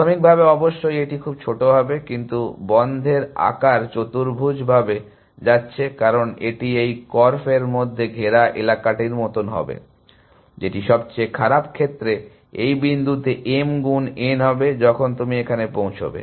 প্রাথমিকভাবে অবশ্যই এটি খুব ছোট হবে কিন্তু বন্ধের আকার চতুর্ভুজভাবে যাচ্ছে কারণ এটি এই কর্ফের মধ্যে ঘেরা এলাকাটির মতো হবে যেটি সবচেয়ে খারাপ ক্ষেত্রে এই বিন্দুতে m গুণ n হবে যখন তুমি এখানে পৌঁছবে